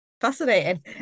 fascinating